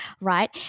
right